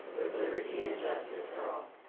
liberty and justice for all.